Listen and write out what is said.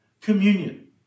communion